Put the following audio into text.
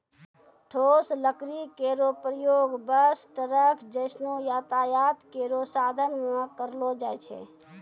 ठोस लकड़ी केरो प्रयोग बस, ट्रक जैसनो यातायात केरो साधन म करलो जाय छै